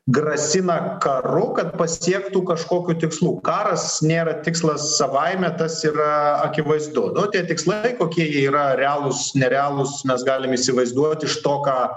grasina karu kad pasiektų kažkokių tikslų karas nėra tikslas savaime tas yra akivaizdu nu tie tikslai kokie jie yra realūs nerealūs mes galim įsivaizduoti iš to ką